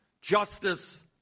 justice